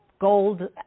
gold